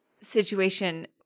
situation